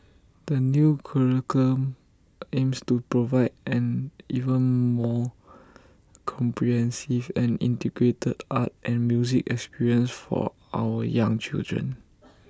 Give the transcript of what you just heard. the new curriculum aims to provide an even more comprehensive and integrated art and music experience for our young children